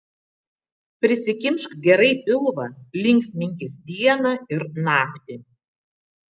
prisikimšk gerai pilvą linksminkis dieną ir naktį